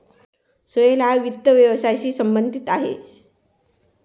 सोहेल हा वित्त व्यवसायाशी संबंधित आहे